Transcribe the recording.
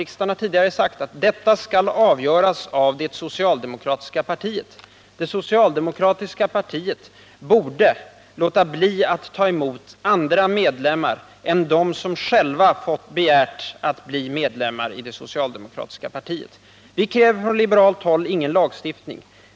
Riksdagen har tidigare sagt att detta skall avgöras av det socialdemokratiska partiet. Men partiet borde låta bli att ta emot andra än dem som själva begärt att få bli medlemmar i det socialdemokratiska partiet. Vi kräver från liberalt håll ingen lagstiftning.